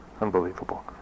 Unbelievable